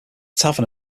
tavern